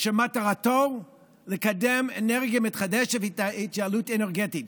שמטרתו לקדם אנרגיה מתחדשת והתייעלות אנרגטית.